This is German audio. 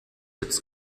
jetzt